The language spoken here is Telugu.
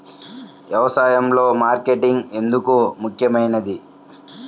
వ్యసాయంలో మార్కెటింగ్ ఎందుకు ముఖ్యమైనది?